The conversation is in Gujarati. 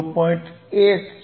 1 છે